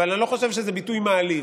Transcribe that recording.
אבל אני לא חושב שזה ביטוי מעליב.